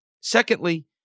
Secondly